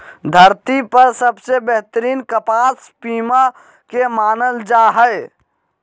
धरती पर सबसे बेहतरीन कपास पीमा के मानल जा हय